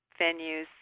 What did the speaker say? venues